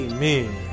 Amen